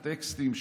הטקסטים,